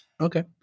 Okay